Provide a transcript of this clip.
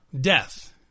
death